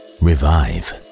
revive